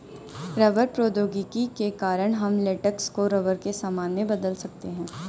rubber प्रौद्योगिकी के कारण हम लेटेक्स को रबर के सामान में बदल सकते हैं